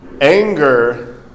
Anger